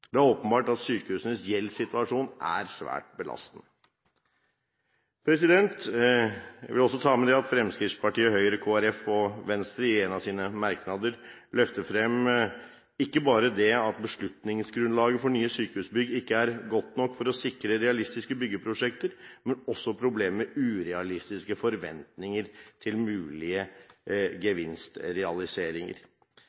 Det er åpenbart at sykehusenes gjeldssituasjon er svært belastende. Jeg vil også ta med at Fremskrittspartiet, Høyre, Kristelig Folkeparti og Venstre i en av sine merknader løfter frem ikke bare det at beslutningsgrunnlaget for nye sykehusbygg ikke er godt nok til å sikre realistiske byggeprosjekter, men også problemet med urealistiske forventninger til mulige